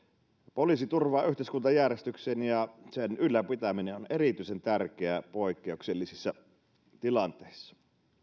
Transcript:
poliisi turvaa yhteiskuntajärjestyksen ja sen ylläpitäminen on erityisen tärkeää poikkeuksellisissa tilanteissa